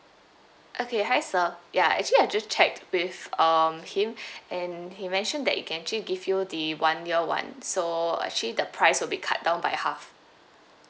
okay hi sir ya actually I just checked with um him and he mentioned that we can actually give you the one year one so actually the price will be cut down by half